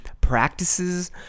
practices